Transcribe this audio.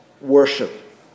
worship